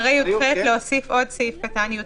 יעקב, העלו פה נושא שאני רוצה להתייחס אליו.